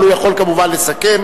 אבל הוא יכול כמובן לסכם.